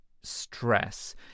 stress